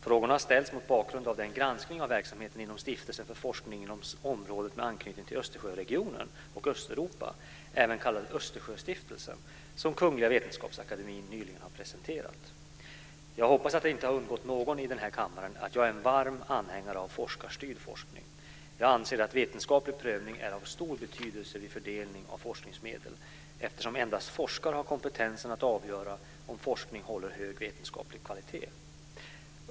Frågorna har ställts mot bakgrund av den granskning av verksamheten inom Stiftelsen för forskning inom områden med anknytning till Östersjöregionen och Östeuropa, även kallad Östersjöstiftelsen, som Kungl. Vetenskapsakademien nyligen har presenterat. Jag hoppas att det inte har undgått någon i den här kammaren att jag är en varm anhängare av forskarstyrd forskning. Jag anser att vetenskaplig prövning är av stor betydelse vid fördelning av forskningsmedel eftersom endast forskare har kompetens att avgöra om forskning håller hög vetenskaplig kvalitet.